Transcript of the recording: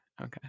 Okay